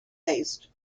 based